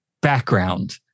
background